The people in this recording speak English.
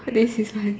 this is